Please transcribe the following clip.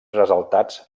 ressaltats